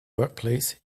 workplace